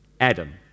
Adam